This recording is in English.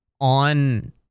on